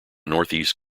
northeast